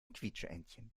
quietscheentchen